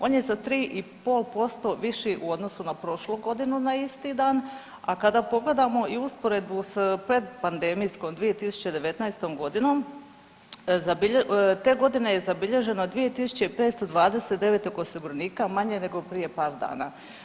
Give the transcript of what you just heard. On je za 3,5% viši u odnosu na prošlu godinu na isti dan, a kada pogledamo i usporedbu s predpandemijskom 2019. godinom te godine je zabilježeno 2.529 osiguranika manje nego prije par dana.